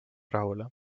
rahule